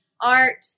art